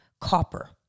copper